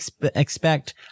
expect